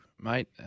mate